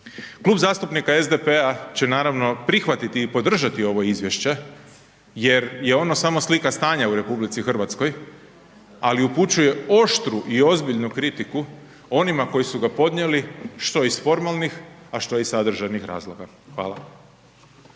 Klub zastupnika SDP-a će naravno prihvatiti i podržati ovo izvješće jer je ono samo slika stanja u RH, ali upućuje oštru i ozbiljnu kritiku onima koji su ga podnijeli što iz formalnih, a što iz sadržajnih razloga. Hvala.